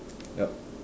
yup